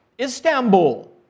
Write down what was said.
Istanbul